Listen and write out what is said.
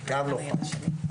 גם לא חל.